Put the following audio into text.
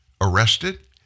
arrested